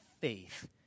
faith